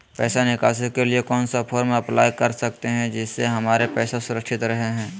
पैसा निकासी के लिए कौन सा फॉर्म अप्लाई कर सकते हैं जिससे हमारे पैसा सुरक्षित रहे हैं?